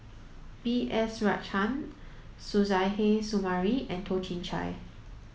B S Rajhans Suzairhe Sumari and Toh Chin Chye